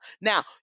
Now